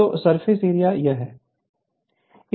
तो surface area है